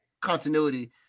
continuity